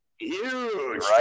Huge